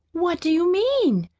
what do you mean?